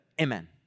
Amen